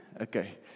Okay